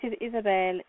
Isabel